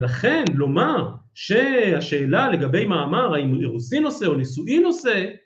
‫לכן לומר שהשאלה לגבי מאמר, ‫האם הוא אירוסין עושה או נישואין עושה...